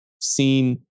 seen